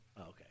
Okay